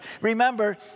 Remember